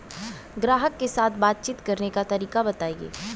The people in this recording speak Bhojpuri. ग्राहक के साथ बातचीत करने का तरीका बताई?